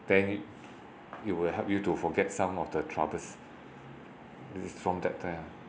then it it will help you to forget some of the troubles if it's from that time